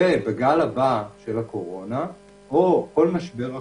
ובגל הבא של הקורונה או כל משבר אחר,